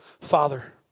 Father